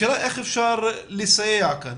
השאלה איך אפשר לסייע כאן,